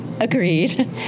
Agreed